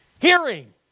hearing